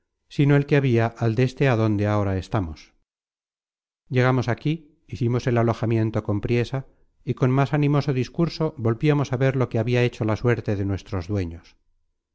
sino el que habia al deste adonde ahora estamos llegamos aquí hicimos el alojamiento con priesa y con más animoso discurso volviamos á ver lo que habia hecho la suerte de nuestros dueños